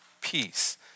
peace